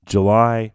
July